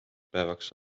päevaks